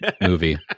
movie